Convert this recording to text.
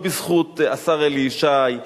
לא בזכות השר אלי ישי,